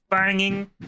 Banging